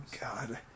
God